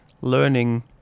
learning